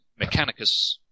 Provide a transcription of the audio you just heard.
Mechanicus